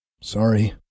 Sorry